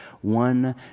one